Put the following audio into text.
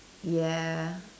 ya